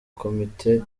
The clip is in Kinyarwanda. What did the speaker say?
komite